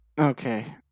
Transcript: Okay